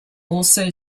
also